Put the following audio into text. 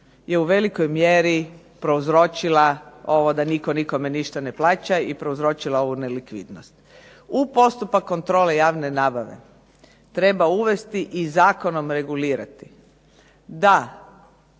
je u velikoj mjeri prouzročila ovo da nitko nikome ništa ne plaća i prouzročila ovu nelikvidnost. U postupak kontrole javne nabave treba uvesti i zakonom regulirati da